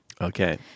Okay